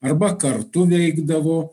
arba kartu veikdavo